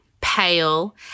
pale